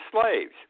slaves